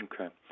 Okay